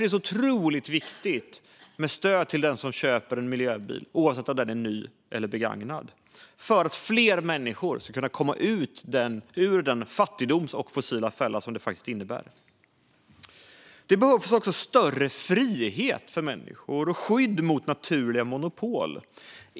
Det är otroligt viktigt med stöd till den som köper en miljöbil, oavsett om den är ny eller begagnad, så att fler människor kan komma ur fattigdoms och fossilfällan. Det behövs även större frihet för människor och skydd mot naturliga monopol.